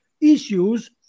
issues